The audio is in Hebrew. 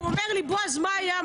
בועז אומר "מה היה,